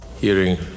Hearing